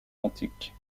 antiques